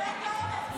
אבל דבר על הגיוס.